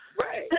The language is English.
Right